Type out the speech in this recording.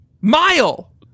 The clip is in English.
Mile